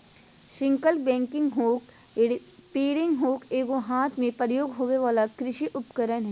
sickle bagging hook, reaping hook एगो हाथ से प्रयोग होबे वला कृषि उपकरण हइ